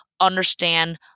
understand